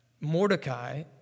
Mordecai